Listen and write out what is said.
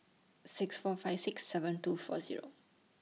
six four five six seven two four Zero